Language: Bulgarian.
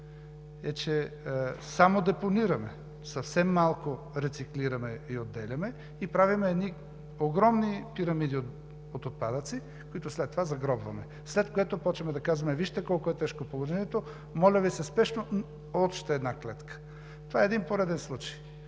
че само депонираме. Съвсем малко рециклираме и отделяме, правим едни огромни пирамиди от отпадъци, които след това загробваме. След което почваме да казваме: „Вижте, колко е тежко положението. Моля Ви, спешно още една клетка.“ Това е пореден случай.